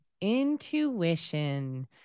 Intuition